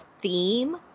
theme